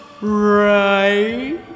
right